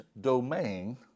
domain